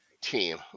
team